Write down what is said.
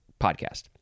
podcast